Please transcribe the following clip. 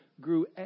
grew